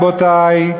רבותי,